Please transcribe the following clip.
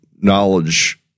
knowledge